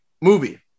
Movie